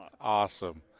Awesome